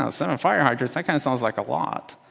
ah seven fire hydrants, that kind of sounds like a lot.